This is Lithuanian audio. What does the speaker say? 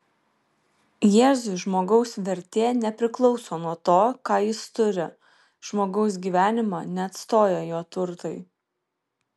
jėzui žmogaus vertė nepriklauso nuo to ką jis turi žmogaus gyvenimą neatstoja jo turtai